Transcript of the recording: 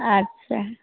আচ্ছা